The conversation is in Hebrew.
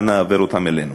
אנא העבר אותם אלינו.